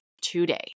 today